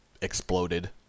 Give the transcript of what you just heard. exploded